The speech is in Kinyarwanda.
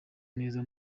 neza